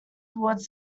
towards